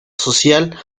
social